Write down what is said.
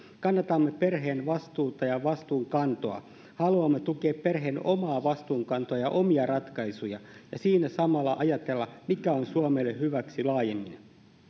kannatamme perheen vastuuta ja vastuunkantoa haluamme tukea perheen omaa vastuunkantoa ja omia ratkaisuja ja siinä samalla ajatella mikä on suomelle hyväksi laajemmin